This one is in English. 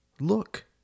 Look